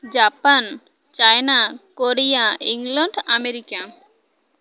Japan China Korea England America